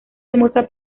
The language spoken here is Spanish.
hermosa